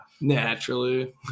Naturally